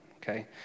Okay